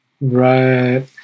Right